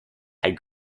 had